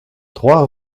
trois